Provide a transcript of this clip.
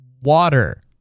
Water